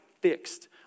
fixed